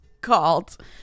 Called